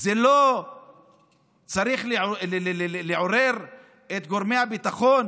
זה לא צריך לעורר את גורמי הביטחון?